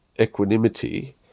equanimity